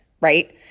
right